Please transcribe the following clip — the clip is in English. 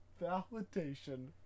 Validation